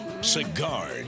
Cigar